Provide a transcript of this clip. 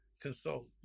consult